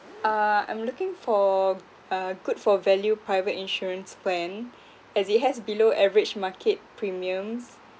uh I'm looking for a good for value private insurance plan as it has below average market premiums